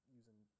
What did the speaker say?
using